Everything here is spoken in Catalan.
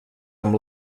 amb